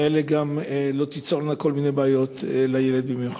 האלה גם לא תיצורנה כל מיני בעיות, לילד במיוחד.